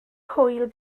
hwyl